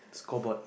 scoreboard